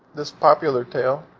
this popular tale,